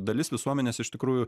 dalis visuomenės iš tikrųjų